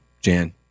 Jan